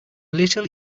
little